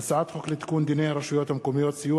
הצעת חוק לתיקון דיני הרשויות המקומיות (סיוע